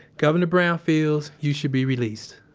governor brown feels you should be released.